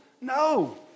No